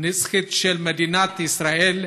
הנצחית של מדינת ישראל,